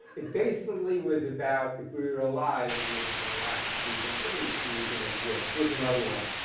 it basically was about, if we were alive, we were were going to laugh. laugh. we were going to breathe. we were going to exist. here's another one.